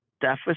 deficit